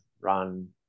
run